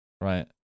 Right